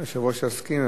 היושב-ראש יסכים,